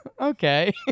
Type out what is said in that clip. okay